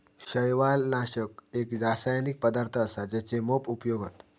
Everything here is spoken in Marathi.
शैवालनाशक एक रासायनिक पदार्थ असा जेचे मोप उपयोग हत